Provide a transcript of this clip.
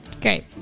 Great